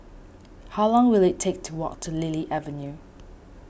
how long will it take to walk to Lily Avenue